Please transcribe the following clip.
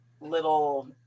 little